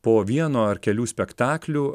po vieno ar kelių spektaklių